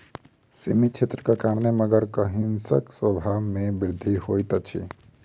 सीमित क्षेत्रक कारणेँ मगरक हिंसक स्वभाव में वृद्धि होइत अछि